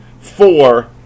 four